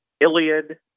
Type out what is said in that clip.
Iliad